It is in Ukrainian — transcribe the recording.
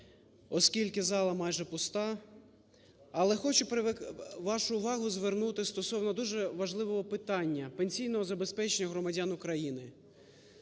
оскільки зала майже пуста. Але хочу вашу увагу звернути стосовно дуже важливого питання – пенсійного забезпечення громадян України.